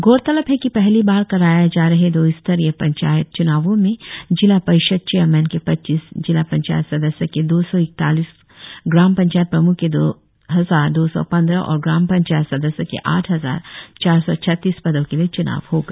गौरतलब है कि पहली बार कराया जा रहे दो स्तरीय पंचायत च्नावों में जिला परिषद चेयरमैन के पच्चीस जिला पंचायत सदस्य के दो सौ इकतालीस ग्राम पंचायत प्रम्ख के दो हजार दो सौ पंद्रह और ग्राम पंचायत सदस्य के आठ हजार चार सौ छत्तीस पदो के लिए च्नाव होगा